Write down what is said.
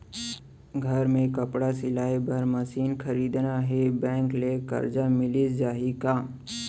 घर मे कपड़ा सिलाई बार मशीन खरीदना हे बैंक ले करजा मिलिस जाही का?